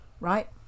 Right